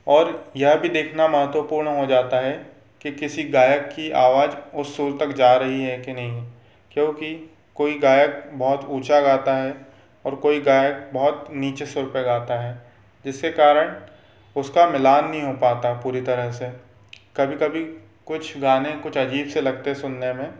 और यह भी देखना महत्वपूर्ण हो जाता है कि किसी गायक की आवाज वो सुर तक जा रही है कि नहीं क्योंकि कोई गायक बहुत ऊँचा गाता है और कोई गायक बहुत नीचे सुर पे गाता है जिससे कारण उसका मिलान नहीं हो पाता पूरी तरह से कभी कभी कुछ गाने कुछ अजीब से लगते हैं सुनने में